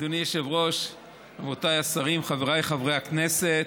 אדוני היושב-ראש, רבותיי השרים, חבריי חברי הכנסת,